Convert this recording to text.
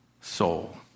soul